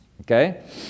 Okay